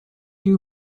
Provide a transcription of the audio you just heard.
you